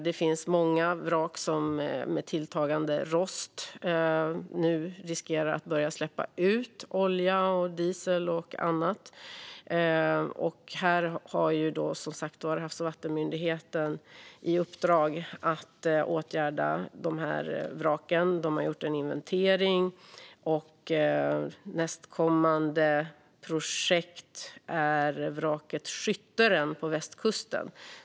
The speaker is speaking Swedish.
Det finns många vrak med tilltagande rost som nu riskerar att börja släppa ut olja, diesel och annat, och Havs och vattenmyndigheten har alltså i uppdrag att åtgärda dessa. De har gjort en inventering, och nästkommande projekt är vraket Skytteren på västkusten.